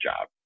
job